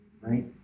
right